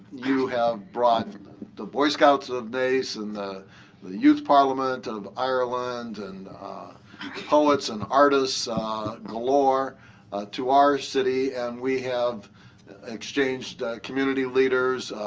you have brought the boy scouts of naas, and the the youth parliament of ireland, and poets and artists galore to our city, and we have exchanged community leaders,